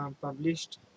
published